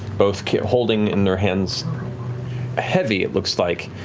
both holding in their hands heavy, it looks like,